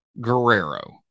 Guerrero